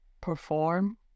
perform